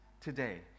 today